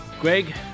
Greg